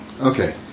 Okay